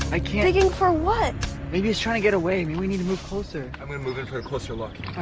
i mean digging for what? maybe it's trying to get away. maybe we need to move closer. i'm gonna move in for a closer look.